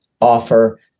offer